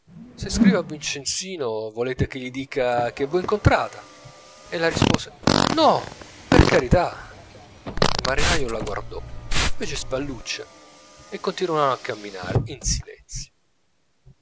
se scrivo a vincenzino volete che gli dica che v'ho incontrata ella rispose no per carità il marinaio la guardò fece spallucce e continuarono a camminare in silenzio